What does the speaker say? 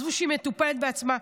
עזבו שהיא מטופלת בעצמה,